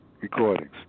recordings